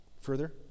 Further